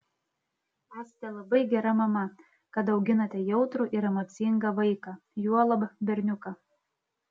esate labai gera mama kad auginate jautrų ir emocingą vaiką juolab berniuką